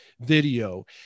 video